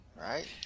Right